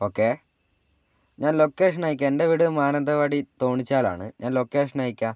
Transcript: okay ഞാൻ location അയക്കാം എൻ്റെ വീട് മാനന്തവാടി തോണിച്ചാലാണ് ഞാൻ ലൊക്കേഷൻ അയക്കാം